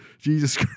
Jesus